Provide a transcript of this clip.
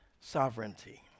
sovereignty